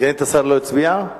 סגנית השר לא הצביעה?